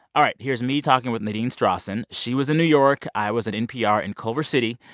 all right, here's me talking with nadine strossen. she was in new york. i was at npr in culver city.